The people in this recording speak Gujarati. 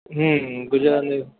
હમ્મ ગુજરાતની